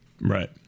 right